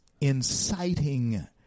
inciting